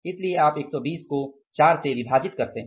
इसलिए आप 120 को 4 से विभाजित कर रहे हैं